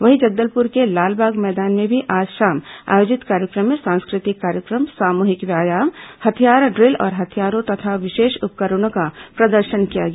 वहीं जगदलपुर के लालबाग मैदान में भी आज शाम आयोजित कार्यक्रम में सांस्कृतिक कार्यक्रम सामूहिक व्यायाम हथियार ड्रिल और हथियारों तथा विशेष उपकरणों का प्रदर्शन किया गया